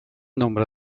nombre